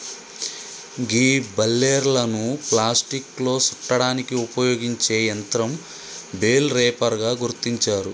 గీ బలేర్లను ప్లాస్టిక్లో సుట్టడానికి ఉపయోగించే యంత్రం బెల్ రేపర్ గా గుర్తించారు